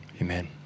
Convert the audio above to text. Amen